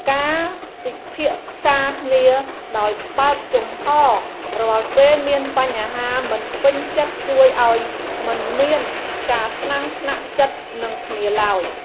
ការពិភាក្សាគ្នាដោយបើកចំហររាល់ពេលមានបញ្ហាមិនពេញចិត្តជួយឱ្យមិនមានការថ្នាំងថ្នាក់ចិត្តនឹងគ្នាឡើយ។